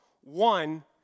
One